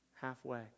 Halfway